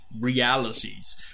realities